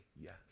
yes